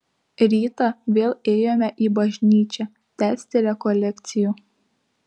rytą vėl ėjome į bažnyčią tęsti rekolekcijų